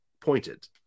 pointed